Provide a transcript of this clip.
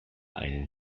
einen